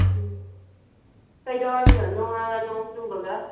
ꯎꯝ ꯀꯩꯗꯧꯔꯝꯃꯤꯅꯣ ꯅꯣꯡꯅꯒ ꯅꯣꯡ ꯆꯨꯕꯒ